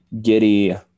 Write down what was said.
Giddy